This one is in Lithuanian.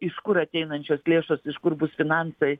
iš kur ateinančios lėšos iš kur bus finansai